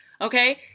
Okay